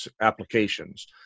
applications